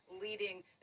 leading